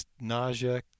Nausea